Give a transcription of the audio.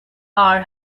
hour